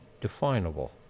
definable